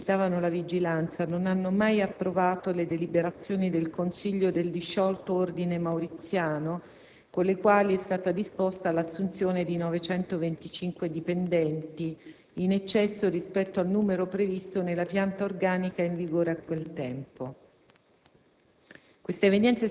I Ministeri che all'epoca esercitavano la vigilanza non hanno mai approvato le deliberazioni del consiglio del disciolto Ordine Mauriziano, con le quali è stata disposta l'assunzione di 925 dipendenti, in eccesso rispetto al numero previsto nella pianta organica in vigore a quel tempo.